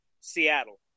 Seattle